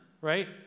right